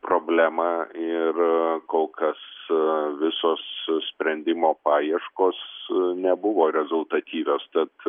problemą ir kol kas visos sprendimo paieškos nebuvo rezultatyvios tad